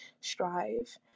strive